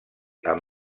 amb